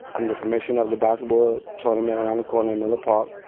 i'm the commissioner of the basketball ah tournament around the corner in miller park.